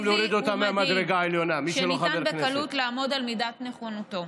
ומדיד שניתן בקלות לעמוד על מידת נכונותו.